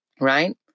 right